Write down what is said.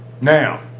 Now